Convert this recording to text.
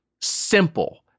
simple